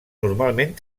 normalment